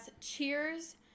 cheers